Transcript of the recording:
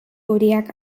kodiak